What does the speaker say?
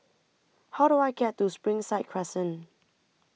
How Do I get to Springside Crescent